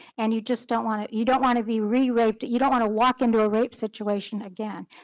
and you just don't wanna, you don't wanna be re-raped. you don't wanna walk into a rape situation again.